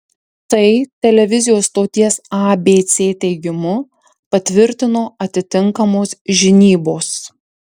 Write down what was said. tai televizijos stoties abc teigimu patvirtino atitinkamos žinybos